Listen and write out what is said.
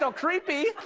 so creepy